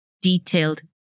detailed